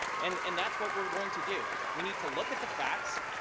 and and that's what we're going to do. we need to look at the facts,